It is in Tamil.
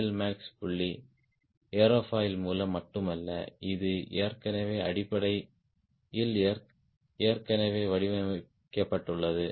எல்மேக்ஸ் புள்ளி ஏரோஃபாயில் மூலம் மட்டுமல்ல இது ஏற்கனவே அடிப்படையில் ஏற்கனவே வடிவமைக்கப்பட்டுள்ளது